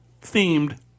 themed